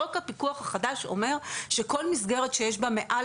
חוק הפיקוח החדש אומר שכל מסגרת שיש בה מעל